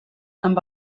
amb